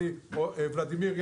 ולדימיר,